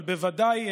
אבל בוודאי,